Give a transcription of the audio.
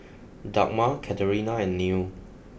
Dagmar Katerina and Neal